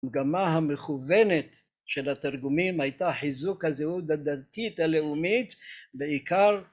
המגמה המכוונת של התרגומים הייתה חיזוק הזהות הדתית הלאומית בעיקר